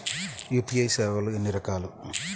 UPI సేవలు ఎన్నిరకాలు?